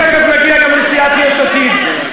תכף נגיע גם לסיעת יש עתיד.